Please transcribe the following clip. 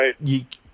Right